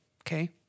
okay